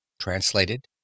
Translated